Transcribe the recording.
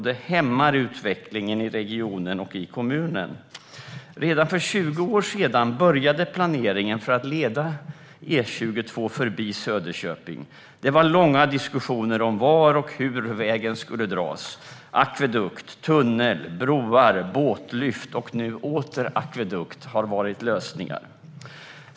Det hämmar utvecklingen i regionen och i kommunen. Redan för 20 år sedan började planeringen för att leda E22 förbi Söderköping. Det var långa diskussioner om var och hur vägen skulle dras. Akvedukt, tunnel, broar, båtlyft och nu åter akvedukt har varit lösningar.